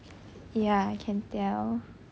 ya I can tell